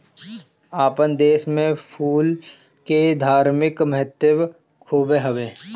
आपन देस में फूल के धार्मिक महत्व खुबे हवे